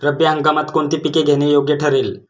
रब्बी हंगामात कोणती पिके घेणे योग्य ठरेल?